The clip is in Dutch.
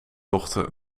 zochten